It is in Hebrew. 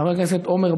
חבר הכנסת אכרם חסון,